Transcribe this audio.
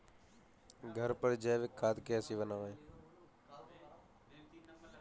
घर पर जैविक खाद कैसे बनाएँ?